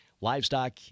Livestock